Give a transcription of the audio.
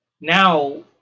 now